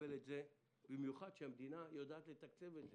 יקבל אותו, במיוחד שהמדינה יודעת לתקצב את זה